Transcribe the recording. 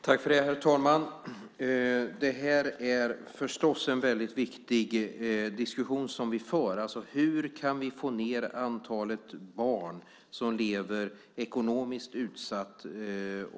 Herr talman! Det här är förstås en väldigt viktig diskussion som vi för. Hur kan vi få ned antalet barn som lever ekonomiskt utsatt?